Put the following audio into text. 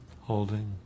holding